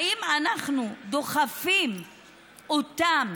האם אנחנו דוחפים אותם